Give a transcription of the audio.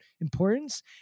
importance